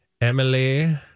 Emily